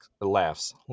laughs